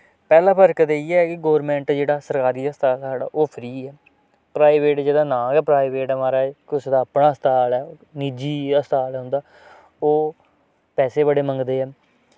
पैह्ला फर्क ते इ'यै ऐ कि गोरमैंट जेह्ड़ा सरकारी हस्पताल साढ़ा ओह् फ्री ऐ प्राइवेट जेह्दा नां गै प्राइवेट ऐ म्हाराज कुसै दा अपना हस्पताल ऐ निजी हस्पताल ऐ उं'दा ओह् पैसे बड़े मंगदे हैन